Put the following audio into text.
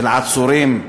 של עצורים,